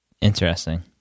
Interesting